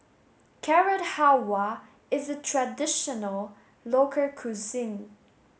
Carrot Halwa is a traditional local cuisine